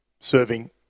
serving